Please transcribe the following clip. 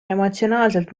emotsionaalselt